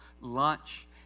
lunch